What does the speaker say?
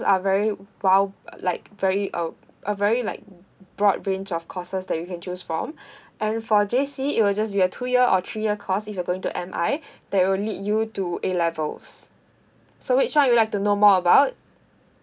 are very wide like very um a very like broad range of courses that you can choose from and for J_C it will just be a two year or three course if you're going to M_I that will lead you to A levels so which one you'll like to know more about